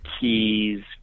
keys